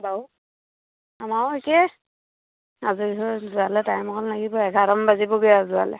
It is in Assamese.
বাৰু আমাৰো একেই আজৰি হৈ যোৱালৈ টাইম অকণ লাগিব এঘাৰটামান বাজিবগৈ আৰু যোৱালৈ